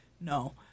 no